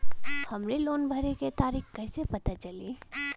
हमरे लोन भरे के तारीख कईसे पता चली?